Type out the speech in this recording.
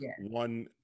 one